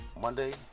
Monday